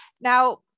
Now